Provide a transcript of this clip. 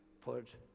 put